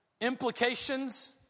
Implications